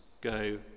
go